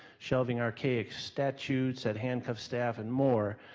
shelving archaic statutes that handcuff staff and more.